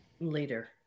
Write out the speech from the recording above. later